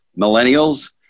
millennials